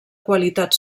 qualitat